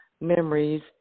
memories